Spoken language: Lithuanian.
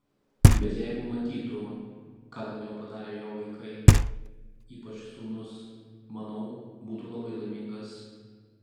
bet jeigu matytų ką dėl jo padarė jo vaikai ypač sūnus manau būtų labai laimingas